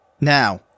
Now